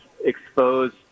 exposed